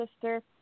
Sister